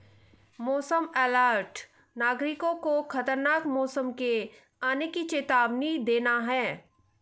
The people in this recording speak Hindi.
मौसम अलर्ट नागरिकों को खतरनाक मौसम के आने की चेतावनी देना है